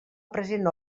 present